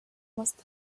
must